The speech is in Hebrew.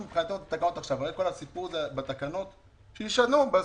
הרי כל הסיפור בתקנות, שישנו בסובסידיה,